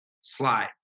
slides